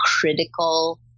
critical